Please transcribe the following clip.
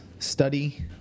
study